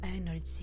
energy